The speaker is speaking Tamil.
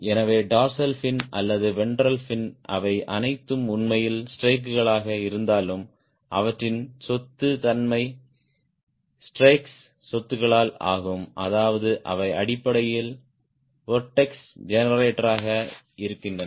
எனவே டார்சல் ஃபின் அல்லது வென்ட்ரல் ஃபின் அவை அனைத்தும் உண்மையில் ஸ்ட்ரேக்குகளாக இருந்தாலும் அவற்றின் சொத்து தன்மை ஸ்ட்ரேக்ஸ் சொத்துக்களால் ஆகும் அதாவது அவை அடிப்படையில் வொர்ட்ஸ் ஜெனரேட்டராக இருக்கின்றன